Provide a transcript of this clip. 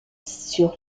sur